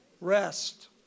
Rest